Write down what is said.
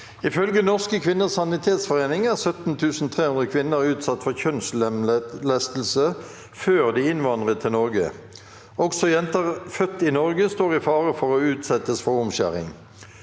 «Ifølge Norske Kvinners Sanitetsforening er 17 300 kvinner utsatt for kjønnslemlestelse før de innvandret til Norge. Også jenter født i Norge står i fare for å utsettes for omskjæring.